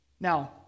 Now